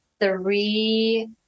three